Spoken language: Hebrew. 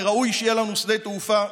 וראוי שיהיה לנו שדה תעופה בצפון.